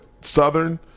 Southern